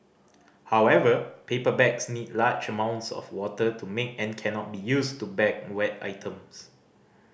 however paper bags need large amounts of water to make and cannot be used to bag wet items